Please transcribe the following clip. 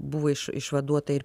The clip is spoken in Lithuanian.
buvo iš išvaduota ir